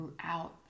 throughout